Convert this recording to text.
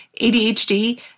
ADHD